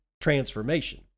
transformation